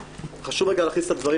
חשוב רגע להכניס את הדברים